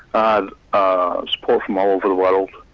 um ah support from all over the world,